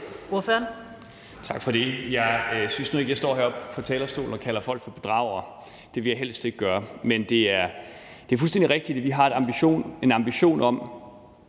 Tak for det. Jeg synes nu ikke, jeg står heroppe på talerstolen og kalder folk bedragere. Det vil jeg helst ikke gøre. Men det er fuldstændig rigtigt, at vi har en ambition om,